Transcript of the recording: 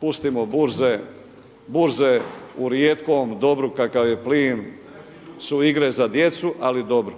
pustimo burze. Burze u rijetkom dobru kakav je plin su igre za djecu ali dobro.